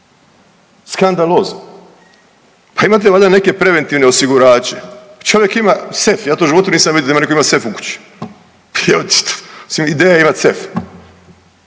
skandalozno. Pa imate valjda neke preventivne osigurače? Čovjek ima sef, ja to u životu nisam vidio da neko ima sef u kući ideja je imat sef,